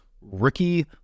rookie